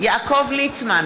יעקב ליצמן,